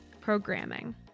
programming